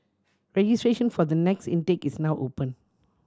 registration for the next intake is now open